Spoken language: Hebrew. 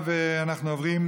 הודעה